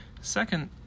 Second